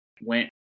went